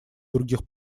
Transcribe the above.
других